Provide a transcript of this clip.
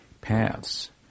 paths